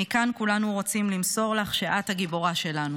מכאן כולנו רוצים למסור לך שאת הגיבורה שלנו.